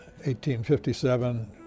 1857